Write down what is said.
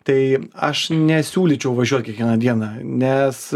tai aš nesiūlyčiau važiuot kiekvieną dieną nes